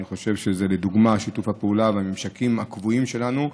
אני חושב שזו דוגמה לשיתוף הפעולה ולממשקים הקבועים שלנו.